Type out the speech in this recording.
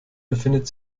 befindet